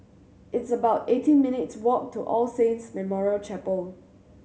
it's about eighteen minutes' walk to All Saints Memorial Chapel